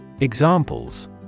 Examples